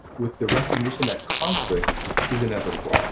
with the recognition that conflict is inevitable, ah